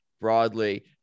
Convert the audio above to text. broadly